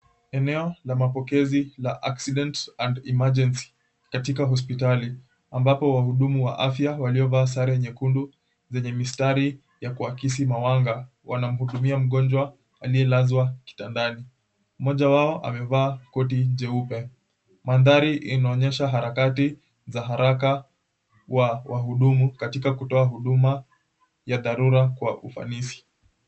Eneo la mapokezi la Accident and Emergency katika hospitali. Ambapo wahudumu wa afya, waliovaa sare nyekundu zenye mistari ya kuhakisi mawanga, wanamhudumia mgonjwa aliyelazwa kitandani. Mmoja wao amevaa koti jeupe. Mandhari inaonyesha harakati za haraka kwa wahudumu, katika kutoa huduma ya dharura kwa ufanisi.